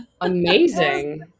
amazing